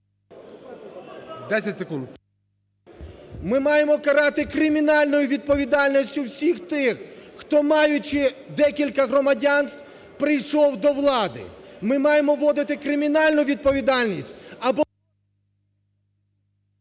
ми маємо карати кримінальною відповідальністю всіх тих, хто, маючи декілька громадянств, прийшов до влади. Ми маємо вводити кримінальну відповідальність